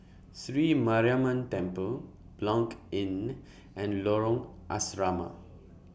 Sri Mariamman Temple Blanc Inn and Lorong Asrama